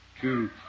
two